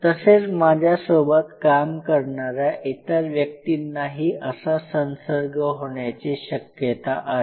तसेच माझ्यासोबत काम करणाऱ्या इतर व्यक्तींनाही असा संसर्ग होण्याची शक्यता आहे